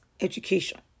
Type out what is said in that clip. education